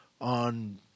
on